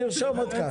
נרשום אותך.